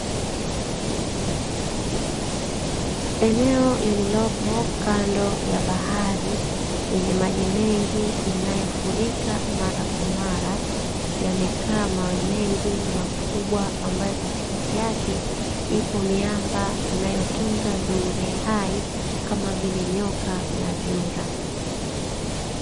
Eneo lililopo kando ya bahari yenye maji mengi; yanayofurika mara kwa mara, yamekaa mawe mengi makubwa ambayo katikati yake ipo miamba inayotunza viumbe hai kama vile nyoka na vyura.